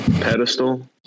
pedestal